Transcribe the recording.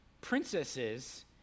princesses